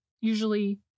usually